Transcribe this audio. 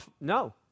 no